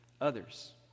others